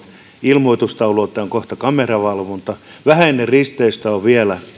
ilmoitustaulu siitä että on kohta kameravalvonta vähän ennen risteystä on vielä